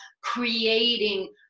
creating